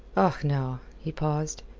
och, now. he paused.